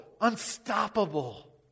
unstoppable